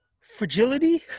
fragility –